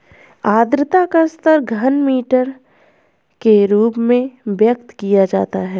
आद्रता का स्तर घनमीटर के रूप में व्यक्त किया जाता है